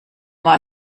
war